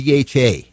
DHA